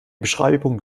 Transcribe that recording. beschreibung